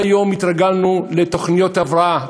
עד היום התרגלנו לתוכניות הבראה.